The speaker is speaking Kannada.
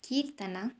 ಕೀರ್ತನ